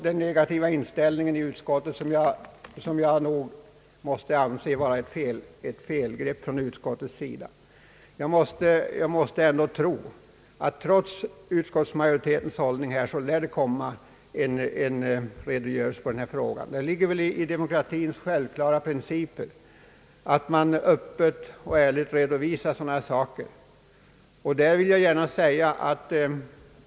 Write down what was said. Jag anser utskottets negativa inställning vara ett felgrepp. Jag vill för min del tro att det ändå kommer en redogörelse för denna fråga. Det ligger i demokratins självklara principer att man öppet och ärligt redovisar sådana här saker.